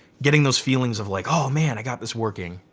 getting those feelings of like oh man, i got this working.